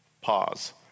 Pause